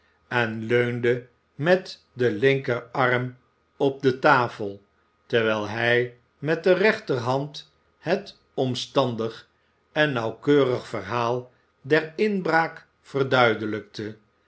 en leunde met den linkerarm op de tafel terwijl hij met de rechterhand het omstandig en nauwkeurig verhaal der inbraak verduidelijkte en de